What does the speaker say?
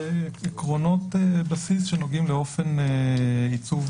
אלה עקרונות בסיס שנוגעים לאופן עיצוב